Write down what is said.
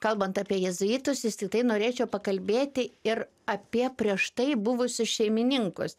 kalbant apie jėzuitus vis tiktai norėčiau pakalbėti ir apie prieš tai buvusius šeimininkus